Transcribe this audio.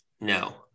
No